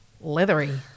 leathery